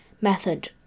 method